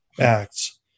Acts